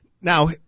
now